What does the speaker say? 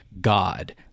God